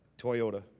Toyota